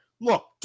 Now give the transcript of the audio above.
Look